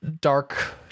dark